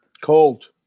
Cold